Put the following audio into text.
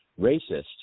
racist